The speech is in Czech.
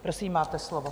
Prosím, máte slovo.